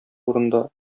турында